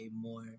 more